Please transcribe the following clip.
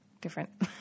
different